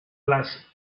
las